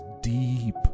deep